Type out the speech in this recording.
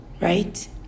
right